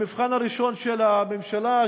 המבחן הראשון של הממשלה,